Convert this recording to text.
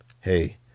hey